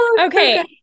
Okay